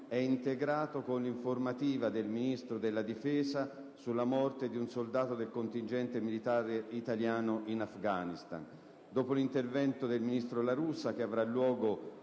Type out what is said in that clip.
è integrato con l'informativa del Ministro della difesa sulla morte di un soldato del contingente militare italiano in Afghanistan. Dopo l'intervento del ministro La Russa, che avrà luogo